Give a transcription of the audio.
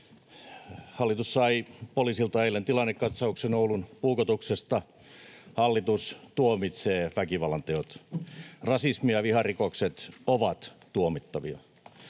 Hallitus sai poliisilta eilen tilannekatsauksen Oulun puukotuksesta. Hallitus tuomitsee väkivallanteot. Rasismi ja viharikokset ovat tuomittavia.